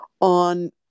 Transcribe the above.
on